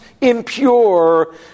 impure